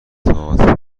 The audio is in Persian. تئاتر